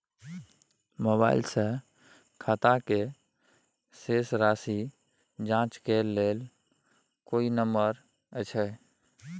Mobile से खाता के शेस राशि जाँच के लेल कोई नंबर अएछ?